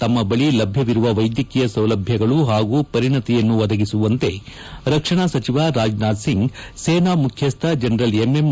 ತಮ್ಮ ಬಳಿ ಲಭ್ಯವಿರುವ ವೈದ್ಯಕೀಯ ಸೌಲಭ್ಯಗಳು ಹಾಗೂ ಪರೀತಿಯನ್ನು ಒದಗಿಸುವಂತೆ ರಕ್ಷಣಾ ಸಚಿವ ರಾಜನಾಥ್ ಸಿಂಗ್ ಅವರು ಸೇನಾ ಮುಖ್ಯಸ್ವ ಜನರಲ್ ಎಂಎಂ